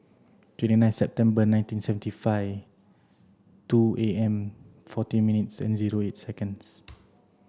twenty nine September nineteen seventy five two A M forty minutes and zero eight seconds